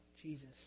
Jesus